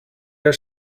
are